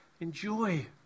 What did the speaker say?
enjoy